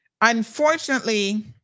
Unfortunately